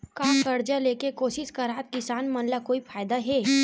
का कर्जा ले के कोशिश करात किसान मन ला कोई फायदा हे?